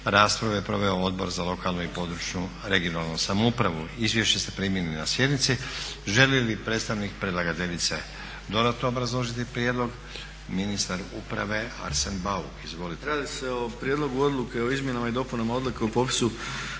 Raspravu je proveo Odbor za lokalnu i područnu (regionalnu) samoupravu. Izvješća ste primili na sjednici. Želi li predstavnik predlagateljice dodatno obrazložiti prijedlog? Ministar uprave Arsen Bauk, izvolite.